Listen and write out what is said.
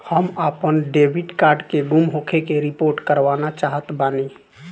हम आपन debit card के गुम होखे के रिपोर्ट करवाना चाहत बानी